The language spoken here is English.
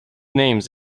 names